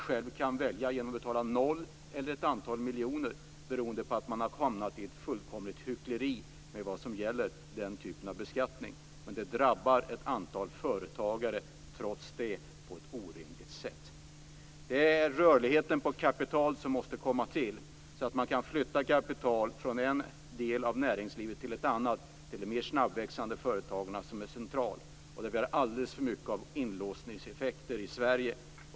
Själv kan jag välja att betala 0 kr eller ett antal miljoner, beroende på att man har hamnat i ett fullständigt hyckleri när det gäller den typen av beskattning. Detta drabbar ett antal företagare på ett orimligt sätt. Det är rörligheten på kapital som måste underlättas så att man kan flytta kapital från en del i näringslivet till en annan, till de mer snabbväxande företagen. Det finns alldeles för mycket av inlåsningseffekter i Sverige.